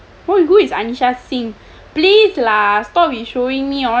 what is who is anisha singh please lah stop we showing me all the